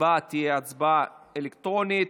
ההצבעה תהיה הצבעה אלקטרונית.